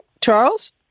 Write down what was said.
Charles